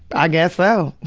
i guess so.